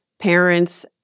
parents